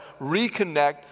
reconnect